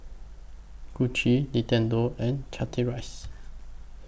Gucci Nintendo and Chateraise